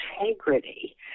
integrity